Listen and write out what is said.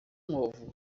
ovo